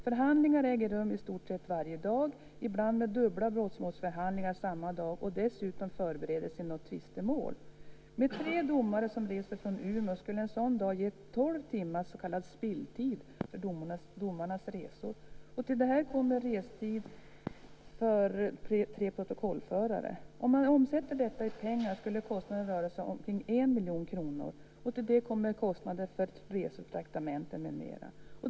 Förhandlingar äger rum i stort sett varje dag, ibland med dubbla brottmålsförhandlingar samma dag, och dessutom förberedelser och tvistemål. Med tre domare som reser från Umeå skulle en sådan dag ge tolv timmar så kallad spilltid för domarnas resor. Till detta kommer restid för tre protokollförare. Om man omvandlar detta till pengar skulle kostnaden vara omkring 1 miljon kronor. Till det kommer kostnader för resetraktamenten med mera.